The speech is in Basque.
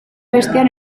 bestean